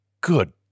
Good